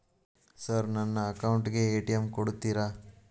Sir ನನ್ನ account ಗೆ ATM ಕೊಡುತ್ತೇರಾ?